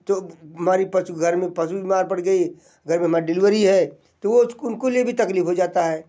तो मारी पशु घर में पशु बीमार पड़ गई घर में हमार डिलीवरी है तो वो उनको लिए भी तकलीफ़ हो जाती है